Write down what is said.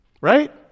right